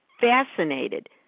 fascinated